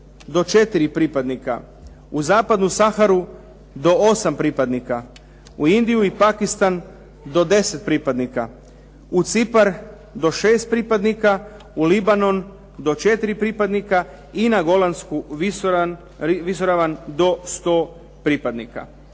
u Zapadnu Saharu do 8 pripadnika, u Indiju i Pakistan do 10 pripadnika, u Cipar do 6 pripadnika, u Libanon do 4 pripadnika i na Golansku Visoravan do 100 pripadnika.